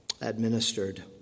administered